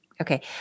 Okay